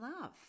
love